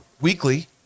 weekly